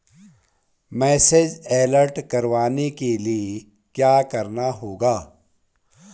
Message alert करवाने के लिए क्या करना होगा?